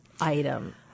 item